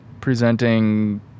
presenting